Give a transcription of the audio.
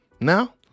Now